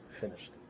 finished